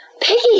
Piggy